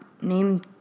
Name